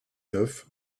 neuf